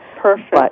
perfect